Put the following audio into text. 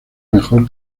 mejor